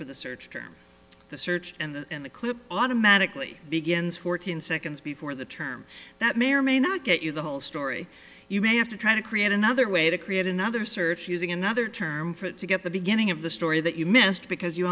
for the searched or the search and the clip automatically begins fourteen seconds before the term that may or may not get you the whole story you may have to try to create another way to create another search using another term for it to get the beginning of the story that you missed because you